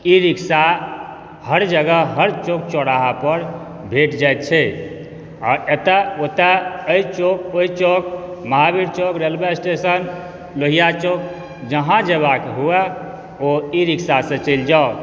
ई rickshaw हर जगह हर चौक चौराहा पर भेट जाइ छै आ एतए ओतए एहि चौक ओहि चौक महावीर चौक रेलवे स्टेशन लोहिया चौक जहाँ जेबाके हुआ ओ ई रिक्शा सँ चलि जाउ